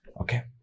okay